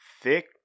thick